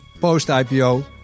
Post-IPO